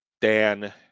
Dan